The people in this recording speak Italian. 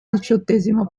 diciottesimo